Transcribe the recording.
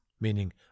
meaning